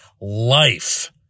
life